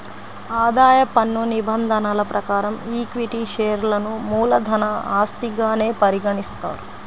ఆదాయ పన్ను నిబంధనల ప్రకారం ఈక్విటీ షేర్లను మూలధన ఆస్తిగానే పరిగణిస్తారు